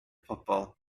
pobl